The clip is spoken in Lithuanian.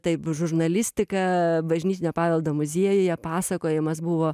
taip žurnalistika bažnytinio paveldo muziejuje pasakojimas buvo